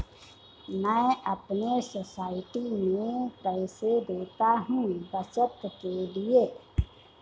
मैं अपने सोसाइटी में पैसे देता हूं बचत के लिए